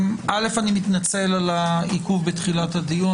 אני מתנצל על העיכוב בתחילת הדיון,